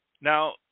Now